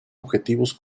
objetivos